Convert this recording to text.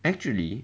actually